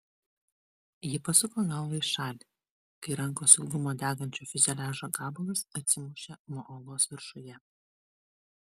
ji pasuko galvą į šalį kai rankos ilgumo degančio fiuzeliažo gabalas atsimušė nuo uolos viršuje